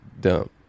Dumb